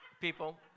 people